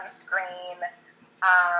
sunscreen